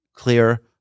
clear